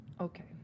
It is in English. Okay